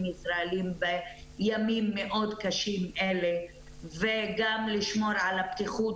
ישראלים בימים מאוד קשים אלה וגם לשמור על בטיחות